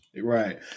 Right